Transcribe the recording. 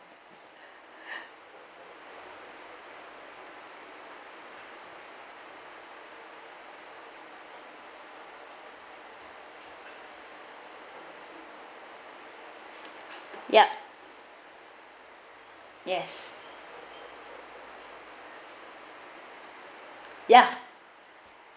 yup yes ya